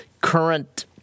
current